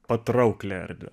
patrauklią erdvę